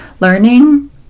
learning